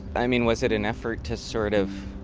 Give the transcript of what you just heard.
i mean, was it an effort to sort of